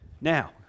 Now